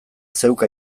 zeuk